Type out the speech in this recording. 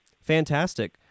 Fantastic